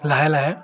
লাহে লাহে